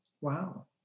Wow